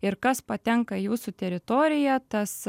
ir kas patenka į jūsų teritoriją tas